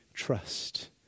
Trust